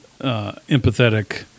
empathetic